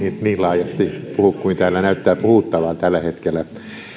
niin laajasti puhu kuin täällä näyttää puhuttavan tällä hetkellä